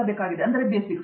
ಪ್ರತಾಪ್ ಹರಿಡೋಸ್ ಬೇಸಿಕ್ಸ್